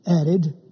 added